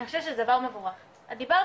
אני חושבת שזה דבר מבורך, את דיברת